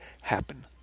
happen